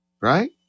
right